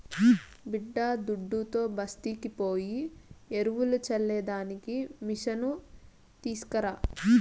బిడ్డాదుడ్డుతో బస్తీకి పోయి ఎరువులు చల్లే దానికి మిసను తీస్కరా